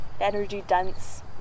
energy-dense